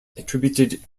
attributed